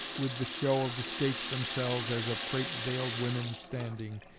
with the show of the states themselves as of crape-veil'd women standing,